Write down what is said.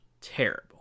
terrible